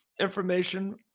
information